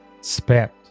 spent